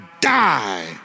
die